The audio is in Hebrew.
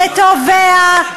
לתובע,